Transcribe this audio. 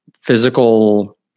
physical